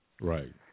Right